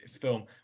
film